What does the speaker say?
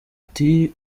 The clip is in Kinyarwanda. ati